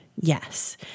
yes